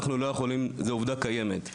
אנחנו לא יכולים, זו עובדה קיימת.